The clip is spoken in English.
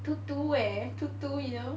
two two eh two two you know two